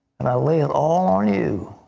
and i lay it all on you.